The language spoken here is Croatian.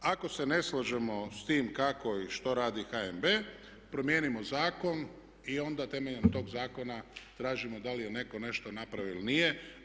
Ako se ne slažemo s time kako i što radi HNB promijenimo zakon i onda temeljem tog zakona tražimo da li je netko nešto napravio ili nije.